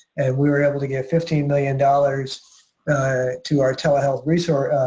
and we were able to get fifteen million dollars to our telehealth resource